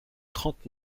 trente